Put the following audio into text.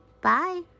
Bye